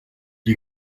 die